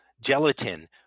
gelatin